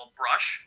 brush